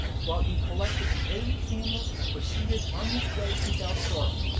while he collected the eighty camels and proceeded on his way to balsora.